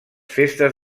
festes